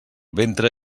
ventre